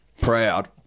proud